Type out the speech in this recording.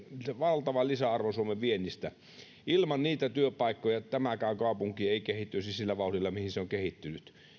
valtavan lisäarvon suomen viennille ilman niitä työpaikkoja tämäkään kaupunki ei kehittyisi sillä vauhdilla millä se on kehittynyt